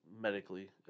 medically